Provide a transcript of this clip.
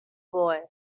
boy